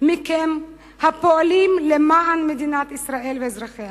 מכם הפועלים למען מדינת ישראל ואזרחיה.